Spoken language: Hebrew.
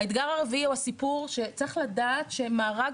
האתגר הרביעי הוא הסיפור שצריך לדעת שמארג